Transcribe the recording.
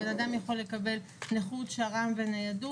בן אדם יכול לקבל נכות, שר"מ וניידות,